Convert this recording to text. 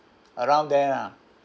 around there ah